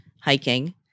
hiking